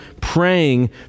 praying